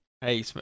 Hey